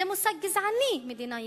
זה מושג גזעני, מדינה יהודית.